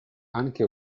anche